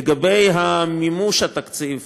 לגבי מימוש התקציב,